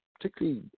particularly